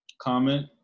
Comment